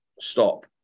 stop